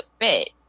fit